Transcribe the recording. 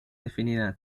definida